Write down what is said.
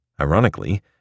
Ironically